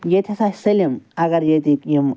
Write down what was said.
ییٚتہِ ہَسا چھِ سٲلِم اگر ییٚتِکۍ یِم